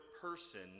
person